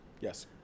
Yes